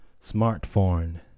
Smartphone